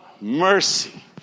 mercy